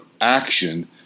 Action